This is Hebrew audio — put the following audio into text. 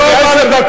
יש לי עשר דקות.